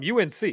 UNC